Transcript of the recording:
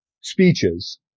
speeches